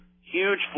Huge